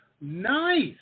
Nice